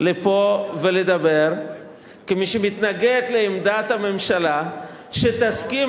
לפה ולדבר כמי שמתנגד לעמדת הממשלה שתסכים